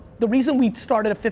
the reason we started a,